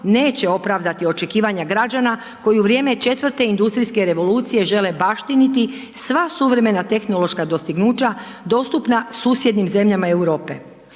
neće opravdati očekivanja građana koji u vrijeme 4 industrijske revolucije žele baštiniti sva suvremena tehnološka dostignuća dostupna susjednim zemljama Europe.